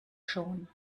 schon